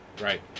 Right